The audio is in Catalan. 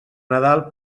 nadal